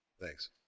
Thanks